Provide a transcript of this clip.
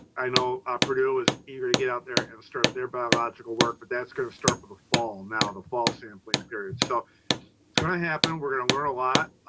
i know ah purdue is eager to get out there and start their biological work, but that's going to start with a fall, now the fall sampling period. so it's going to happen. we're going to learn a lot.